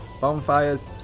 bonfires